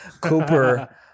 Cooper